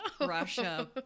Russia